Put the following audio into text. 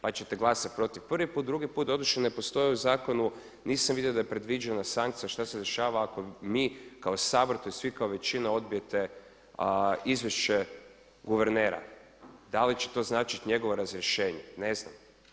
Pa ćete glasati protiv prvi put, drugi put, doduše ne postoji u zakonu, nisam vidio da je predviđena sankcija šta se dešava ako mi kao Sabor tj. vi kao većina odbijete izvješće guvernera, da li će to značiti njegovo razrješenje, ne znam.